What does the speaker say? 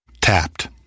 Tapped